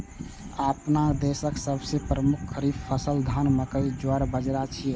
अपना देशक सबसं प्रमुख खरीफ फसल धान, मकई, ज्वार, बाजारा छियै